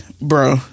Bro